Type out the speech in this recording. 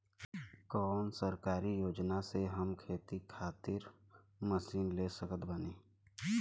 कौन सरकारी योजना से हम खेती खातिर मशीन ले सकत बानी?